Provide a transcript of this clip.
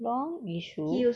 long yishu